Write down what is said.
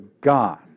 God